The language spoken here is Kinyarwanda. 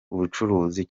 ubucuruzi